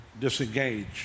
disengage